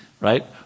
right